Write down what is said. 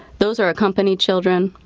those are accompanied children.